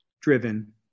driven